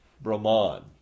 Brahman